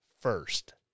first